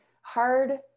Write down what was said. hard